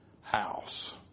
house